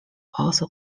also